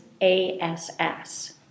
A-S-S